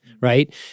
right